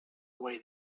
away